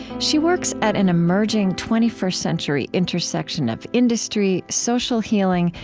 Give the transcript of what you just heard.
she works at an emerging twenty first century intersection of industry, social healing,